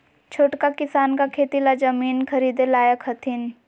छोटका किसान का खेती ला जमीन ख़रीदे लायक हथीन?